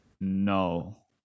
No